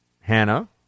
Hannah